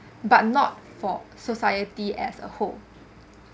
but not for society as a whole